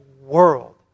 world